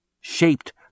shaped